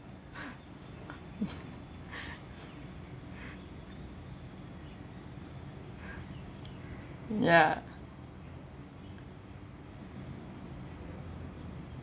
ya